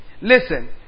Listen